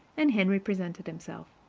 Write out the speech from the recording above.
and henry presented himself.